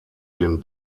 den